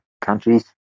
countries